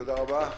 תודה רבה.